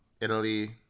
Italy